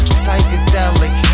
psychedelic